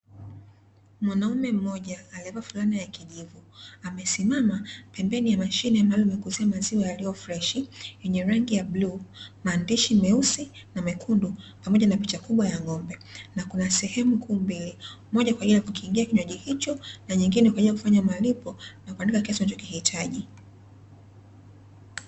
Mwanaume mmoja aliyevaa fulana ya kijivu, amesimama pembeni ya mashine maalumu ya kuuziwa maziwa yaliyo freshi yenye rangi ya bluu, maandishi meusi na mekundu pamoja na picha kubwa ya ng'ombe na kuna sehemu kuu mbili, moja kwa ajili ya kukingia kinywaji hicho na nyingine kwa ajili ya kufanya malipo na kuandika kiasi unachokihitaji.